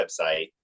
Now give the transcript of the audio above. website